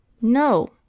No